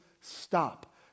Stop